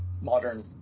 modern